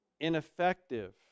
ineffective